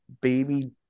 baby